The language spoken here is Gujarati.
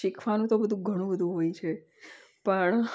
શીખવાનું તો બધુ ઘણું બધુ હોય છે પણ